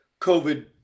COVID